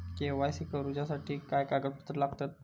KYC करूच्यासाठी काय कागदपत्रा लागतत?